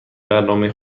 برنامه